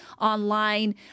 online